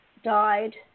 Died